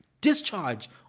discharge